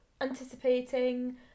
anticipating